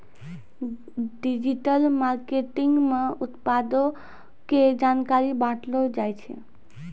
digital marketing मे उत्पादो के जानकारी बांटलो जाय छै